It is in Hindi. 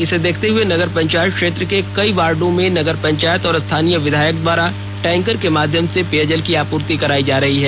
इसे देखते हुए नगर पंचायत क्षेत्र के कई वार्डो में नगर पंचायत और स्थानीय विधायक द्वारा टैंकर के माध्यम से पेयजल की आपूर्ति कराई जा रही है